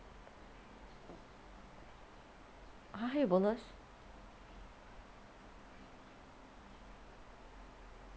!huh! 还有 bonus